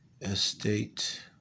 estate